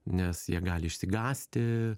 nes jie gali išsigąsti